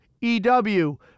EW